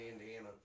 Indiana